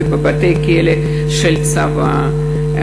בבתי-כלא של הצבא,